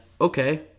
okay